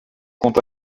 compte